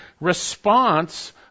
response